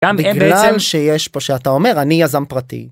בגלל שיש פה, שאתה אומר אני יזם פרטי.